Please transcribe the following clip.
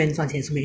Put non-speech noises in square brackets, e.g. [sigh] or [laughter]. [coughs]